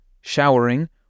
showering